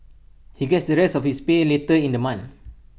he gets the rest of his pay later in the month